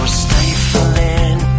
stifling